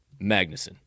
Magnuson